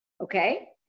Okay